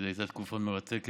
שזו הייתה תקופה מרתקת,